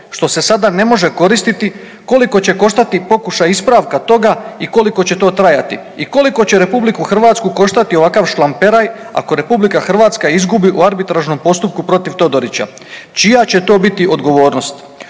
što se sada ne može koristiti, koliko će koštati pokušaj ispravka toga i koliko će to trajati i koliko će RH koštati ovakav šlamperaj ako RH izgubi u arbitražnom postupku protiv Todorića? Čija će to biti odgovornost?